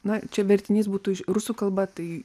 na čia vertinys būtų rusų kalba